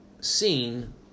seen